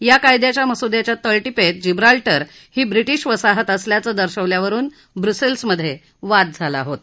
या कायद्याच्या मसुद्याच्या तळटीपेत जिब्राल्टर ही ब्रिटिश वसाहत असल्याचं दर्शवल्यावरून ब्रुसेल्समधे वाद झाला होता